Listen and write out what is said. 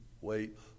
wait